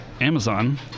Amazon